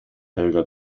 helga